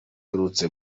aherutse